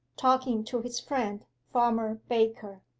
talking to his friend, farmer baker.